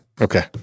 okay